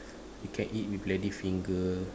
you can eat with lady finger